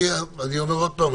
אני אומר עוד פעם,